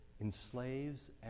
enslaves